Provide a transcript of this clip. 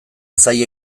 zaila